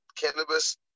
cannabis